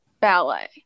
ballet